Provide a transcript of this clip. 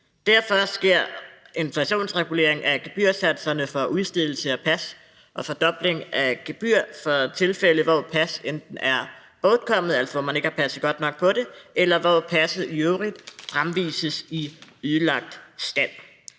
Derfor sker der en inflationsregulering af gebyrsatserne for udstedelse af pas og en fordobling af gebyret for tilfælde, hvor pas enten er bortkommet, altså hvor man ikke har passet godt nok